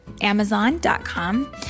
Amazon.com